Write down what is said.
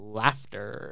laughter